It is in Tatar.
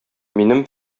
минем